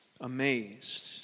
amazed